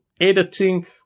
editing